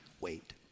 wait